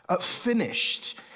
finished